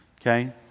Okay